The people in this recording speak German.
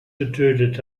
getötet